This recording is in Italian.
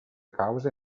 cause